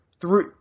three